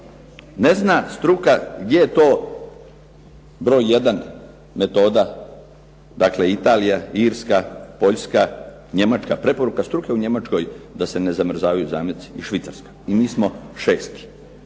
Ne zna struka gdje je to broj jedan metoda, dakle Italija, Irska, Poljska, Njemačka. Preporuka struke u Njemačkoj da se ne zamrzavaju zameci, i Švicarska, i mi smo šesti.